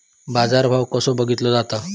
बाजार भाव कसो बघीतलो जाता?